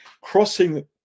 Crossing